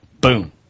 Boom